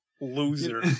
Loser